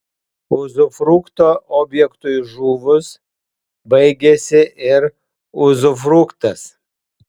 uzufrukto objektui žuvus baigiasi ir uzufruktas